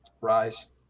Rise